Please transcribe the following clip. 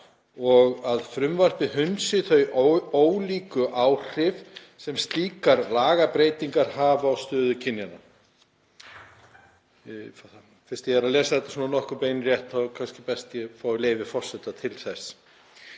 og að frumvarpið hunsi þau ólíku áhrif sem slíkar lagabreytingar hafa á stöðu kynjanna. Fyrst ég er að lesa þetta nokkuð beint er kannski best að ég fá leyfi forseta til þess.